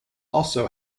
also